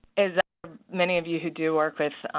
as many of you who do work with